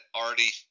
already